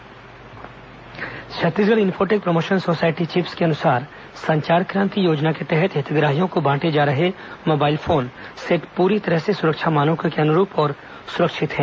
sky योजना mobile Chhattisgarh infotech promotion society chips के अनुसार संचार क्रांति योजना के तहत हितग्राहियों को बांटे जा रहे मोबाइल फोन सेट पूरी तरह सुरक्षा मानकों के अनुरूप और सुरक्षित हैं